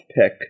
pick